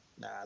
Nah